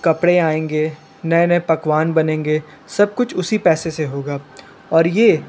कपड़े आएंगे नए नए पकवान बनेंगे सब कुछ उसी पैसे से होगा और ये